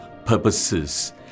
Purposes